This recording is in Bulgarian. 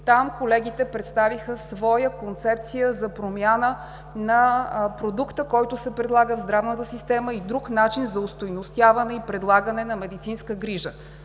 Там колегите представиха своя концепция за промяна на продукта, който се предлага в здравната система, и друг начин за остойностяване и предлагане на медицинска грижа.